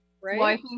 right